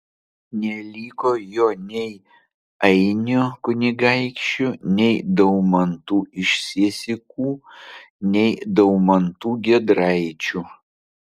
neliko jo nei ainių kunigaikščių nei daumantų iš siesikų nei daumantų giedraičių